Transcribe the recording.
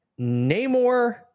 Namor